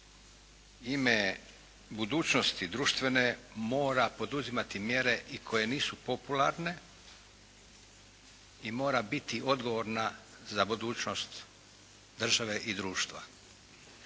ime budućnosti društvene mora poduzimati mjere i koje nisu popularne i mora biti odgovorna za budućnost države i društva.